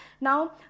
Now